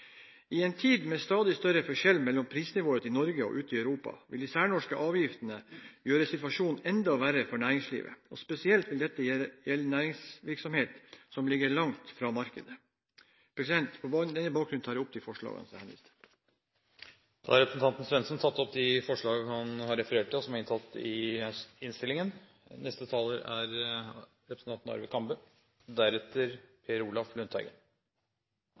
I en tid med stadig større forskjell mellom prisnivået i Norge og ute i Europa vil de særnorske avgiftene gjøre situasjonen enda verre for næringslivet. Spesielt vil dette gjelde næringsvirksomhet som ligger langt fra markedet. På denne bakgrunn tar jeg opp de forslagene jeg har vist til. Representanten Kenneth Svendsen har tatt opp de forslagene han refererte til. Høyre står ved det klimaforliket vi inngikk i forrige periode. Der gikk vi i motsatt retning av det Fremskrittspartiet foreslo. Vi var med på å øke bensinavgiften og